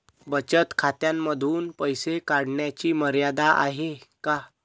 बचत खात्यांमधून पैसे काढण्याची मर्यादा आहे का?